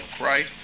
right